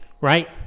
right